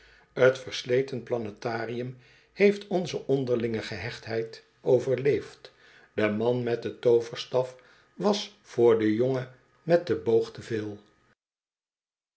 versleten planetarium heeft onze onderlinge gehechtheid overleeft de man met den too verstaf was voor den jongen met den booa